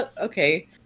Okay